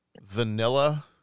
vanilla